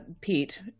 Pete